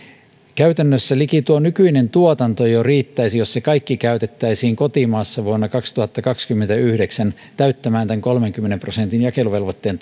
käytännössä liki tuo nykyinen tuotanto jo riittäisi jos se kaikki käytettäisiin kotimaassa vuonna kaksituhattakaksikymmentäyhdeksän täyttämään tämän kolmenkymmenen prosentin jakeluvelvoitteen